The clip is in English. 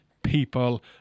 people